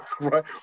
right